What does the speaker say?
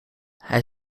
hij